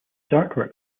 artwork